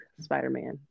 Spider-Man